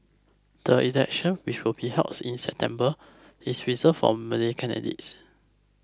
the election which will be held in September is reserved for Malay candidates